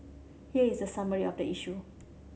here is a summary of the issue